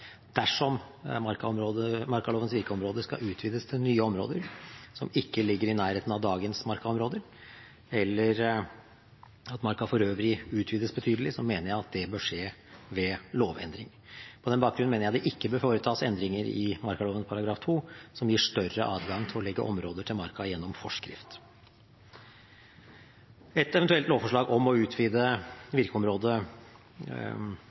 Dersom markalovens virkeområde skal utvides til nye områder som ikke ligger i nærheten av dagens markaområder, eller at marka for øvrig utvides betydelig, mener jeg at det bør skje ved lovendring. På den bakgrunn mener jeg det ikke bør foretas endringer i markaloven § 2 som gir større adgang til å legge områder til marka gjennom forskrift. Et eventuelt lovforslag om å